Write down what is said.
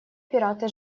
пираты